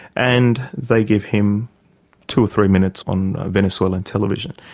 and they give him two or three minutes on venezuelan television.